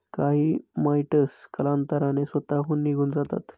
काही माइटस कालांतराने स्वतःहून निघून जातात